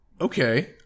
okay